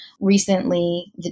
Recently